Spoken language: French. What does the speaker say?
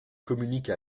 communique